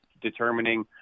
determining